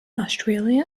australia